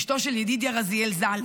אשתו של ידידיה רזיאל ז"ל,